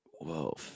Whoa